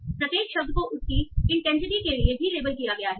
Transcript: और प्रत्येक शब्द को उसकी इंटेंसिटी के लिए भी लेबल किया गया है